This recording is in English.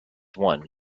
won